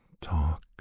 talk